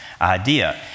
idea